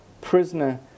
prisoner